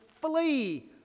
flee